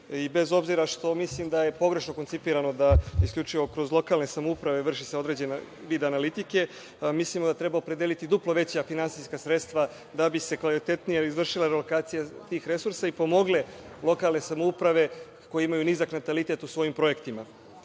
Bez obzira što mislim da je pogrešno koncipirano da isključivo kroz lokalne samouprave se vrši određeni vid analitike, mislimo da treba opredeliti duplo veća finansijska sredstva da bi se kvalitetnije izvršila alokacija tih resursa i pomogle lokalne samouprave koje imaju nizak natalitet u svojim projektima. Takođe,